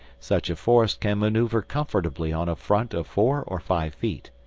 such a force can maneuver comfortably on a front of four or five feet.